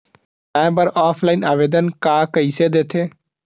बनाये बर ऑफलाइन आवेदन का कइसे दे थे?